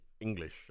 English